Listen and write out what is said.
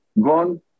gone